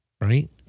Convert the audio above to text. right